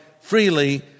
freely